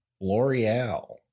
L'Oreal